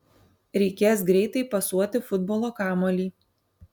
reikės greitai pasuoti futbolo kamuolį